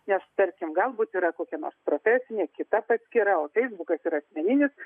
nes tarkim galbūt yra kokia nors profesinė kita paskyra o feisbukas yra asmeninis